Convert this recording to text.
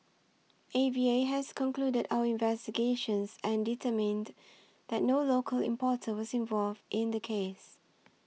A V A has concluded our investigations and determined that no local importer was involved in the case